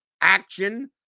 action